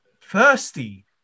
thirsty